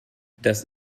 das